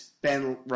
Ben